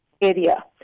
Area